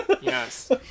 Yes